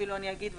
אפילו אני אגיד,